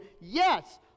Yes